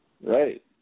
Right